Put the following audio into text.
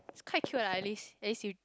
quite cute lah at least at least you